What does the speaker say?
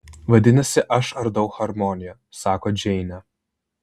vadinasi aš ardau harmoniją sako džeinė